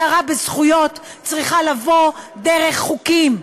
הכרה בזכויות צריכה לבוא דרך חוקים,